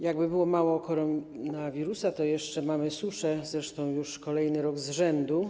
Jakby było mało koronawirusa, to jeszcze mamy suszę, zresztą już kolejny rok z rzędu.